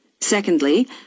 Secondly